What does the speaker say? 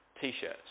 t-shirts